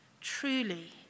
truly